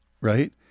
Right